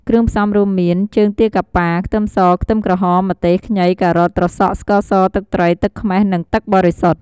គ្រឿងផ្សំរួមមាន ជើងទាកាប៉ា, ខ្ទឹមស, ខ្ទឹមក្រហម, ម្ទេស, ខ្ញី, ការ៉ុត, ត្រសក់, ស្ករស, ទឹកត្រី, ទឹកខ្មេះ និងទឹកបរិសុទ្ធ។